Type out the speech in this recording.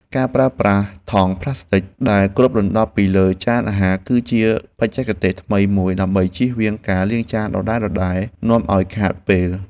ការប្រើប្រាស់ថង់ប្លាស្ទិចដែលគ្របដណ្ដប់ពីលើចានអាហារ គឺជាបច្ចេកទេសថ្មីមួយដើម្បីជៀសវាងការលាងចានដដែលៗនាំឱ្យខាតពេល។